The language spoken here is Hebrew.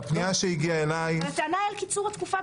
הטענה היא אל קיצור התקופה.